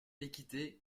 l’équité